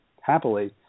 happily